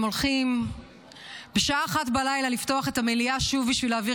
הולכים בשעה 01:00 לפתוח את המליאה שוב בשביל להעביר